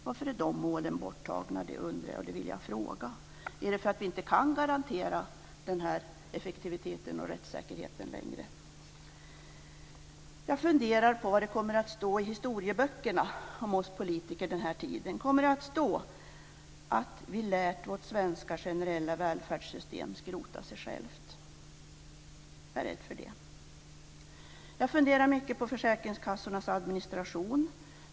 Varför är de målen borttagna? Det vill jag fråga. Är det för att vi inte kan garantera den här effektiviteten och rättssäkerheten längre? Jag funderar på vad det kommer att stå i historieböckerna om oss politiker den här tiden. Kommer det att stå att vi lät vårt svenska generella välfärdssystem skrota sig självt? Jag är rädd för det. Jag funderar mycket på försäkringskassornas administration.